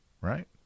right